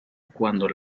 cuando